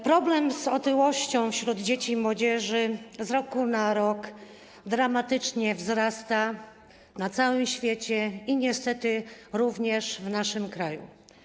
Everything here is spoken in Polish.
Problem związany z otyłością wśród dzieci i młodzieży z roku na rok dramatycznie wzrasta na całym świecie i niestety również w naszym kraju.